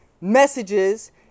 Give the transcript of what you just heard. messages